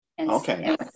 Okay